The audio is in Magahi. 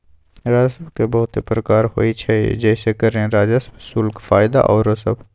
राजस्व के बहुते प्रकार होइ छइ जइसे करें राजस्व, शुल्क, फयदा आउरो सभ